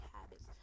habits